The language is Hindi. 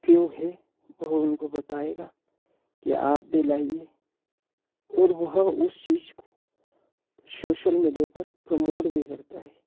फ़िर वह है वह उनको बताएगा की आप भी लाइए और वह उस चीज़ को सोशल मीडिया पर प्रमोड भी करता है